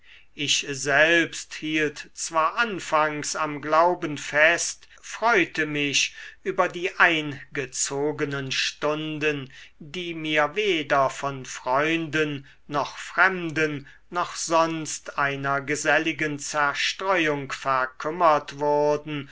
ich selbst hielt zwar anfangs am glauben fest freute mich über die eingezogenen stunden die mir weder von freunden noch fremden noch sonst einer geselligen zerstreuung verkümmert wurden